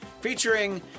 featuring